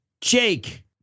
Jake